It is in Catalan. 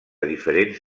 diferents